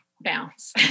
bounce